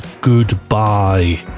goodbye